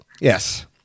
Yes